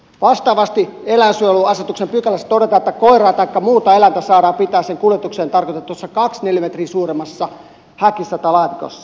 vastaavasti eläinsuojeluasetuksen pykälässä todetaan että koiraa taikka muuta eläintä saadaan pitää sen kuljetukseen tarkoitetussa kahta neliömetriä suuremmassa häkissä tai laatikossa